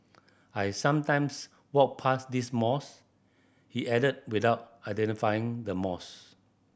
I sometimes walk past this mosque he added without identifying the mosque